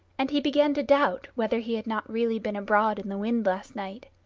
and he began to doubt whether he had not really been abroad in the wind last night.